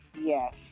Yes